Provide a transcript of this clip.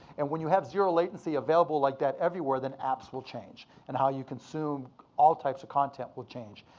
and when you have zero latency available like that everywhere, then apps will change and how you consume all types of content will change.